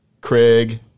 Craig